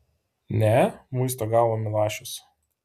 ne muisto galvą milašius